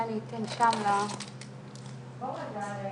ותודה לכל